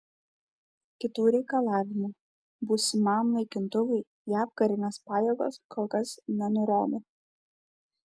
kitų reikalavimų būsimam naikintuvui jav karinės pajėgos kol kas nenurodo